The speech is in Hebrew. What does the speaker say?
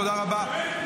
תודה רבה.